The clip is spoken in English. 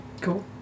Cool